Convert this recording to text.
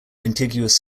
contiguous